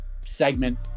segment